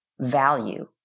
value